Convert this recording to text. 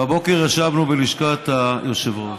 בבוקר ישבנו בלשכת היושב-ראש,